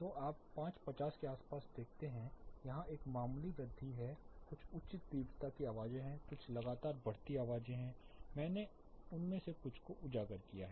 तो आप हैं 550 के आसपास देखते हैं वहाँ एक मामूली वृद्धि है कुछ उच्च तीव्रता की आवाज़ें हैं कुछ लगातार बढ़ती आवाज़ें मैंने उनमें से कुछ को उजागर किया है